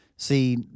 See